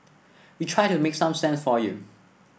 we try to make some sense for you